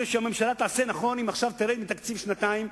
אני חושב שהממשלה תעשה נכון אם עכשיו תרד מהתקציב לשנתיים.